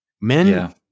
Men